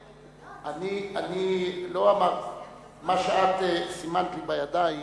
מה שאת סימנת לי בידיים